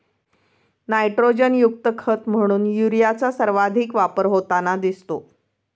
नायट्रोजनयुक्त खत म्हणून युरियाचा सर्वाधिक वापर होताना दिसतो